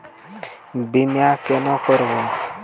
বিমা কেন করব?